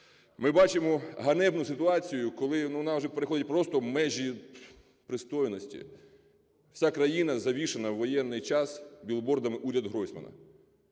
Ми бачимо ганебну ситуацію, коли вона вже переходить просто межі пристойності. Вся країна завішана у воєнний час білбордами "Уряд Гройсмана".